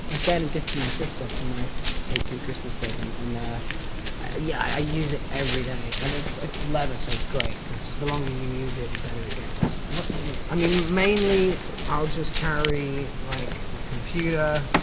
again, a gift from my sister for my eighteenth christmas present. and i yeah use it everyday. and it's it's leather, so it's great, cause the longer you use it, the better it gets. what's in it? i mean, mainly i'll just carry, like, my computer,